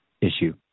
issue